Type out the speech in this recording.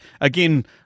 again